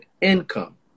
income